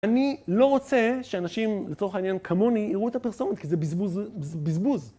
אני לא רוצה שאנשים לצורך העניין כמוני יראו את הפרסומת, כי זה בזבוז.